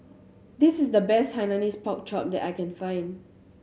this is the best Hainanese Pork Chop that I can find